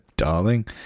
darling